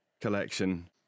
collection